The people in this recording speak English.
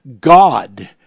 God